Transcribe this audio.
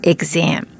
Exam